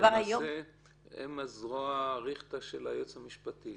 למעשה הם הזרוע הארוכה של היועץ המשפטי.